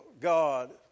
God